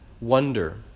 wonder